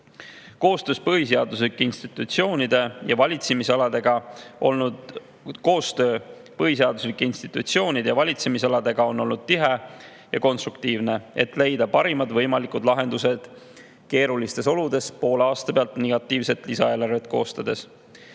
Koostöö põhiseaduslike institutsioonide ja valitsemisaladega on olnud tihe ja konstruktiivne, et leida parimad võimalikud lahendused keerulistes oludes poole aasta pealt negatiivset lisaeelarvet koostades.